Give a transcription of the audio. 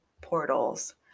portals